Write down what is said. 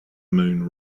moon